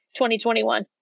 2021